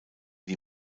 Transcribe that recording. die